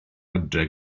adre